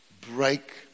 break